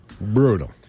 Brutal